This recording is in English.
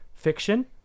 fiction